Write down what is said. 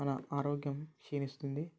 మన ఆరోగ్యం క్షీణిస్తుంది